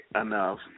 enough